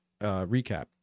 recap